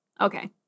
Okay